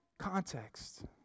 context